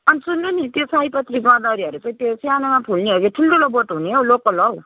अनि सुन्नु नि त्यो सयपत्री गदावरीहरू चाहिँ त्यो सानोमा फुल्ने हो कि ठुल्ठुलो बोट हुने हौ लोकल हौ